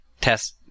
test